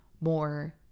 more